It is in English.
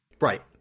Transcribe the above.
Right